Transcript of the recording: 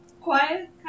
Quiet